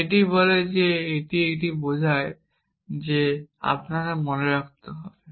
এটি বলে যে এটি এটিকে বোঝায় এবং এটি বোঝায় যে আপনি যদি মনে রাখতে পারেন